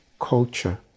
culture